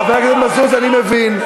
חבר הכנסת מזוז, אני מבין.